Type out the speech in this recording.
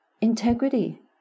integrity